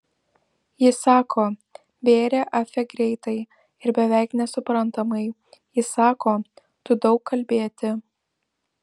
ji sako bėrė afe greitai ir beveik nesuprantamai ji sako tu daug kalbėti